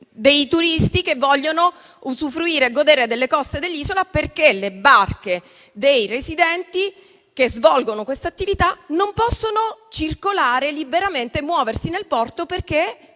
dei turisti che vogliono usufruire e godere delle coste dell'isola, perché le barche dei residenti che svolgono questa attività non possono circolare liberamente e muoversi nel porto, perché